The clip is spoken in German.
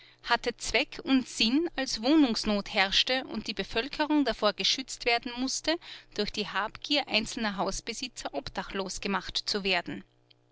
hatte zweck und sinn als wohnungsnot herrschte und die bevölkerung davor geschützt werden mußte durch die habgier einzelner hausbesitzer obdachlos gemacht zu werden